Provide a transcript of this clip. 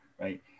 Right